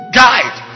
guide